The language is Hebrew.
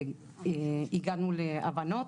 הגענו להבנות.